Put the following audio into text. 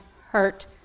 hurt